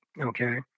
okay